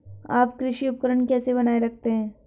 आप कृषि उपकरण कैसे बनाए रखते हैं?